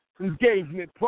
Engagement